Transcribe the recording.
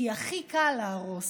כי הכי קל להרוס,